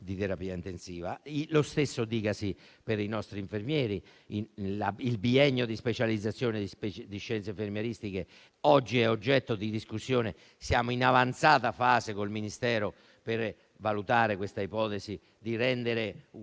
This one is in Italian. Lo stesso dicasi per i nostri infermieri: il biennio di specializzazione di scienze infermieristiche oggi è oggetto di discussione; siamo in avanzata fase, con il Ministero, per valutare l'ipotesi di rendere omogenea su